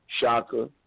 Shaka